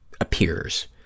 appears